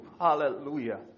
Hallelujah